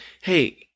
hey